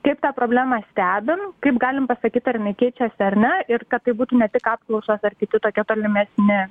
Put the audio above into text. kaip tą problemą stebim kaip galim pasakyt ar jinai keičiasi ar ne ir kad tai būtų ne tik apklausos ar kiti tokie tolimesni